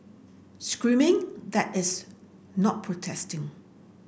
screaming that is not protesting